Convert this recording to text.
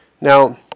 Now